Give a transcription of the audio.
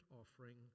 offering